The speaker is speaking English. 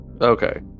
Okay